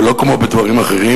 ולא כמו בדברים אחרים,